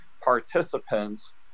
participants